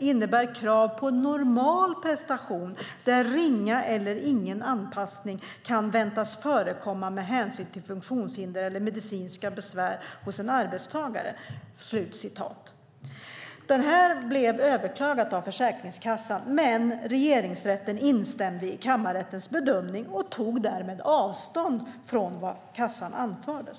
innebär krav på normal prestation där ringa eller ingen anpassning kan väntas förekomma med hänsyn till funktionshinder eller medicinska besvär hos en arbetstagare." Det här blev överklagat av Försäkringskassan, men Regeringsrätten instämde i kammarrättens bedömning och tog därmed avstånd från vad kassan anförde.